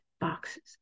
boxes